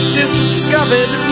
discovered